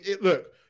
look